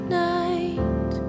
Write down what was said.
night